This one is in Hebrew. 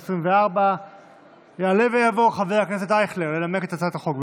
756/24. יעלה ויבוא חבר הכנסת אייכלר לנמק את הצעת החוק,